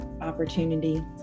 opportunity